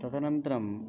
तदनन्तरं